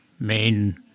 main